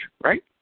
right